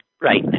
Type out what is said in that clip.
right